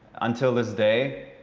until this day,